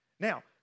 Now